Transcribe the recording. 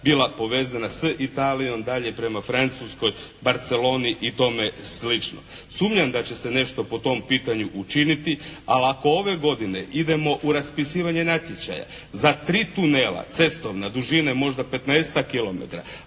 bila povezana s Italijom dalje prema Francuskoj, Barceloni i tome slično. Sumnjam da će se nešto po tom pitanju učiniti, ali ako ove godine idemo u raspisivanje natječaja za tri tunela cestovna dužine možda 15-tak kilometara,